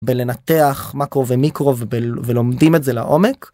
בלנתח מאקרו ומיקרו ולומדים את זה לעומק.